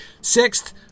Sixth